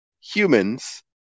humans